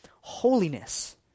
holiness